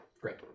Great